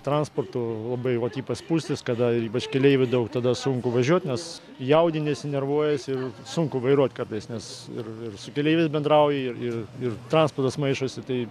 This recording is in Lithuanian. transporto labai vot ypas spūstys kada ir ypač keleivių daug tada sunku važiuot nes jaudiniesi nervuojiesi ir sunku vairuot kartais nes ir ir su keleiviais bendrauji ir ir ir transportas maišosi tai